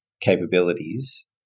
capabilities